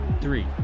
three